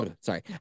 Sorry